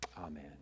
Amen